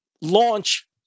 launch